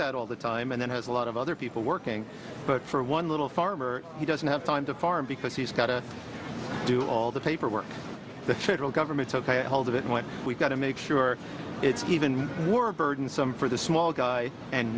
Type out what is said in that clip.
that all the time and then has a lot of other people working but for one little farmer he doesn't have time to farm because he's got to do all the paperwork the federal government's ok hold of it what we've got to make sure it's even more burdensome for the small guy and